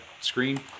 screen